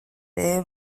behe